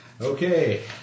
Okay